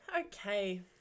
Okay